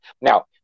Now